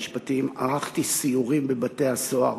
במשך ארבע השנים שהייתי במשרד המשפטים ערכתי סיורים בבתי-הסוהר.